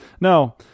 no